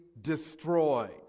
destroyed